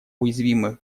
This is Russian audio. уязвимых